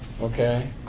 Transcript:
Okay